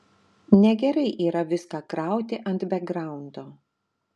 negerai yra viską krauti ant bekgraundo